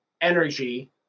energy